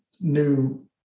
new